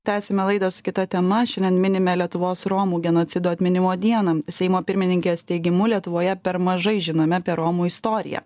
tęsiame laidą su kita tema šiandien minime lietuvos romų genocido atminimo dieną seimo pirmininkės teigimu lietuvoje per mažai žinome apie romų istoriją